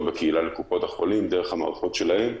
בקהילה לקופות החולים דרך המערכות שלהן.